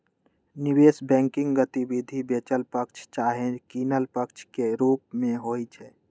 निवेश बैंकिंग गतिविधि बेचल पक्ष चाहे किनल पक्ष के रूप में होइ छइ